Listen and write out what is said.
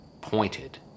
pointed